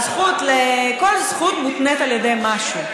כל זכות מותנית על ידי משהו.